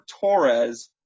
Torres